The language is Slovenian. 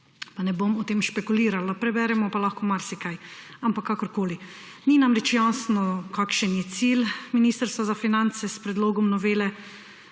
Ne bom špekulirala o tem, preberemo pa lahko marsikaj. Ampak kakorkoli. Ni nam jasno, kakšen je cilj Ministrstva za finance s predlogom novele.